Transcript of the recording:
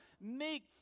make